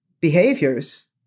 behaviors